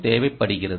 தேவைப்படுகிறது